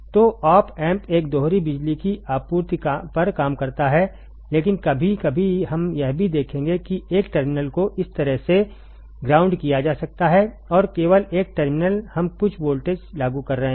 तो op amp एक दोहरी बिजली की आपूर्ति पर काम करता है लेकिन कभी कभी हम यह भी देखेंगे कि एक टर्मिनल को इस तरह से ग्राउंड किया जा सकता है और केवल एक टर्मिनल हम कुछ वोल्टेज लागू कर रहे हैं